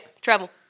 Travel